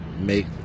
make